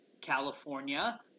California